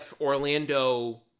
Orlando